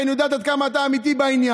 כי אני יודעת עד כמה אתה אמיתי בעניין.